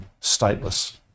stateless